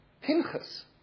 Pinchas